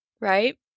right